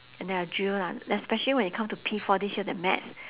and then I drill lah especially when it come to P four this year the maths